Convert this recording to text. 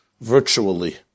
virtually